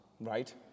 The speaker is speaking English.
Right